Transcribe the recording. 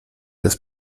des